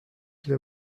qu’il